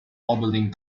oberlin